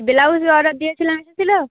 blouse order দিয়েছিলাম এসেছিলো